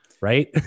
right